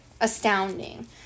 astounding